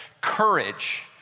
courage